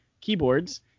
keyboards